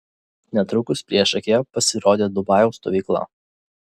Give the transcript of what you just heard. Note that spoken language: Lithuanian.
netrukus priešakyje pasirodė dubajaus stovykla